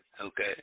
Okay